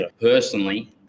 personally